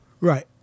Right